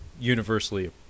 universally